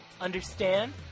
Understand